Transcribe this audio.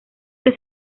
que